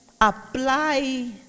apply